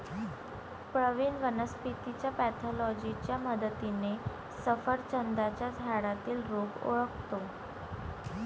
प्रवीण वनस्पतीच्या पॅथॉलॉजीच्या मदतीने सफरचंदाच्या झाडातील रोग ओळखतो